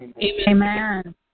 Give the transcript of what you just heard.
Amen